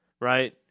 Right